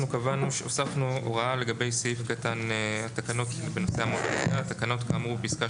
אנחנו הוספנו הוראה לגבי סעיף קטן (ב): "תקנות כאמור בפסקה